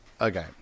Okay